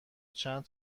چند